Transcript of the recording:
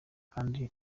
kandi